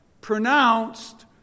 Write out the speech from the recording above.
pronounced